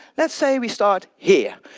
let's say we start here,